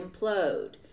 implode